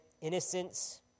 innocence